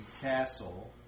castle